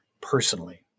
personally